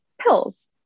pills